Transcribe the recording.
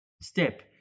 Step